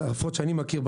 לפחות שאני מכיר,